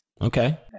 Okay